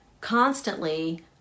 constantly